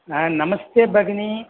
हा नमस्ते भगिनि